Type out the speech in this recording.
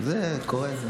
זה קורה.